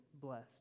blessed